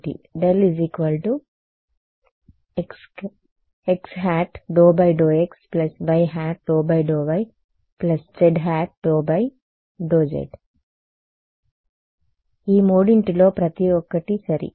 ∇≡ xˆ ∂∂x yˆ ∂∂y zˆ ∂∂z ఈ మూడింటిలో ప్రతి ఒక్కటి సరి